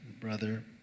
brother